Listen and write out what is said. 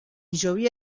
llovía